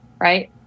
right